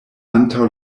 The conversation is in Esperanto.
antaŭ